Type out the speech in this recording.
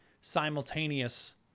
simultaneous